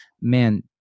man